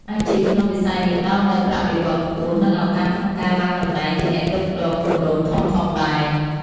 អាជីពក្នុងវិស័យនេះផ្ដល់នូវប្រាក់បៀវត្សរ៍ខ្ពស់ និងឱកាសក្នុងការឡើងតំណែងជាអ្នកគ្រប់គ្រងគម្រោងធំៗដែរ។